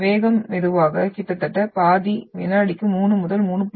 வேகம் மெதுவாக கிட்டத்தட்ட பாதி வினாடிக்கு 3 முதல் 3